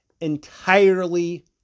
entirely